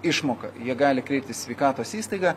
išmoka jie gali kreiptis į sveikatos įstaigą